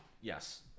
Yes